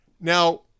Now